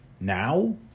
now